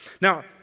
Now